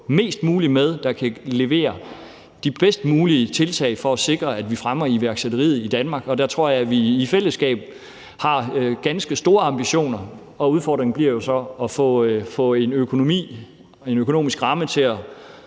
mest muligt med, der kan levere de bedst mulige tiltag for at sikre, at vi fremmer iværksætteriet i Danmark, og der tror jeg, at vi i fællesskab har ganske store ambitioner. Udfordringen bliver jo så at få en økonomisk ramme til at